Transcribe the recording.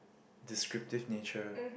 descriptive nature